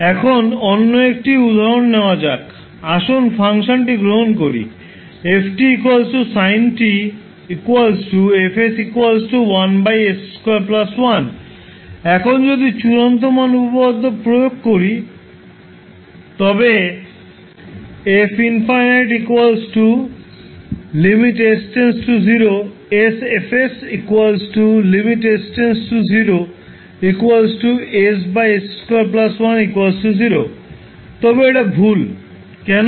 এখন অন্য একটি উদাহরণ নেওয়া যাক আসুন ফাংশনটি গ্রহণ করি এখন চূড়ান্ত মান উপপাদ্য প্রয়োগ করলে তবে এটা ভুল কেন